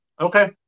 Okay